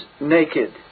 naked